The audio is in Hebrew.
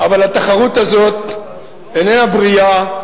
אבל התחרות הזאת איננה בריאה,